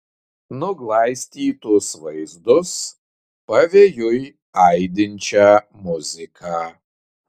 nuglaistytus vaizdus pavėjui aidinčią muziką